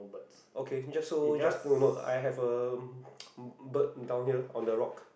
okay just so just to note I have a bird down here on the rock